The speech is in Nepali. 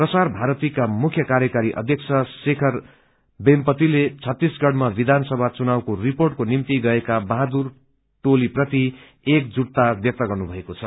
प्रसार भारतीका मुख्य काकारी अध्यक्ष शेखर वेमपतिले छत्तीसगढ़मा विधानसभा चुनावको रिपोर्टको निम्ति गएका बहादूर टोली प्रति एक जुटता व्यक्त गन्नुीएको छ